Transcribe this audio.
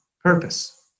purpose